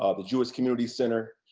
ah the jewish community center,